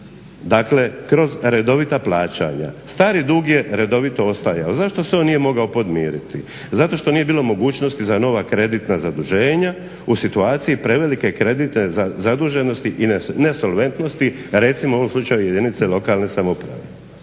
dakle kroz redovita plaćanja. Stari dug je redovito ostajao. Zašto se on nije mogao podmiriti? Zato što nije bilo mogućnosti za nova kreditna zaduženja u situaciji prevelike kreditne zaduženosti i nesolventnosti recimo u ovom slučaju jedinice lokalne samouprave.